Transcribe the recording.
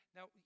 Now